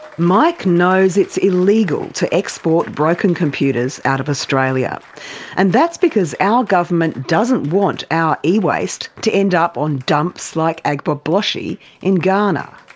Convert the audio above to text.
mike knows it's illegal to export broken computers out of australia and that's because our government doesn't want our e-waste to end up on dumps like agbogbloshie in ghana.